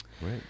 Right